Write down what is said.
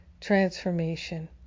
transformation